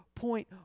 Point